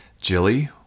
Jilly